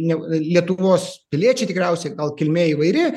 ne lietuvos piliečiai tikriausiai gal kilmė įvairi